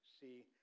see